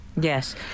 Yes